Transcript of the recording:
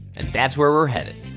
and that's where we're headed.